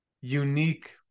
unique